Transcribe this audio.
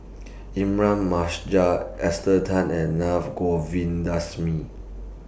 Esther Tan and Naa Govindasamy